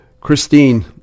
Christine